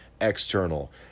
external